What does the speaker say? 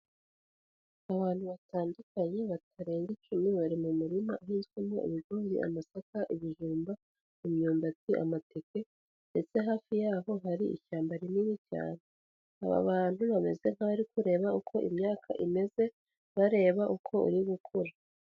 Abantu batandukanye batarenga icumi, bari mu murima izwimo: ibigori, amasaka, ibijumba, imyumbati, amateke, ndetse hafi yabo hari ishyamba rinini cyane. Aba bantu bameze nk'abari kureba uko imyaka imeze, bareba uko iri gukura.